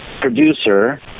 producer